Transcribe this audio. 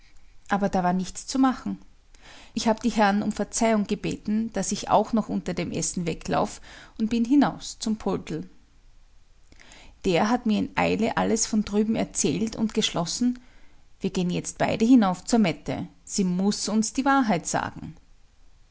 aber da war nichts zu machen ich hab die herren um verzeihung gebeten daß ich auch noch unter dem essen weglauf und bin hinaus zum poldl der hat mir in eile alles von drüben erzählt und geschlossen wir gehen jetzt beide hinauf zur mette sie muß uns die wahrheit sagen